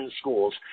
schools